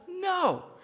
no